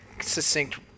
succinct